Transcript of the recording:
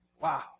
Wow